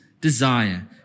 desire